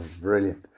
Brilliant